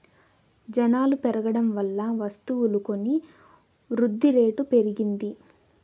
జనాలు పెరగడం వల్ల వస్తువులు కొని వృద్ధిరేటు పెరిగింది